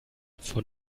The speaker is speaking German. von